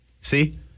See